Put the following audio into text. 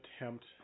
attempt